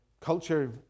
culture